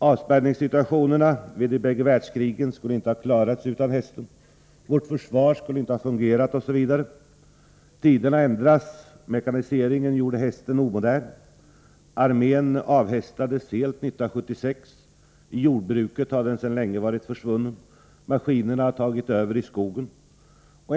Avspärrningssituationerna vid de bägge världskrigen skulle inte ha klarats utan hästen. Vårt försvar skulle inte ha fungerat osv. Tiderna ändras, mekaniseringen gjorde hästen omodern. Armén avhästades helt 1976. I jordbruket har hästen sedan länge varit försvunnen. Maskinerna har tagit över i skogen.